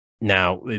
Now